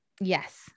Yes